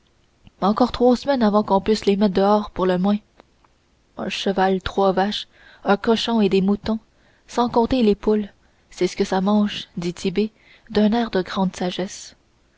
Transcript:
encore trois semaines avant qu'on puisse les mettre dehors pour le moins un cheval trois vaches un cochon et des moutons sans compter les poules c'est que ça mange dit tit'bé d'un air de grande sagesse